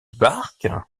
barque